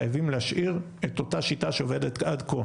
חייבים להשאיר את אותה שיטה שעובדת עד כה.